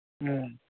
ꯎꯝ